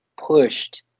pushed